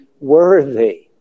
worthy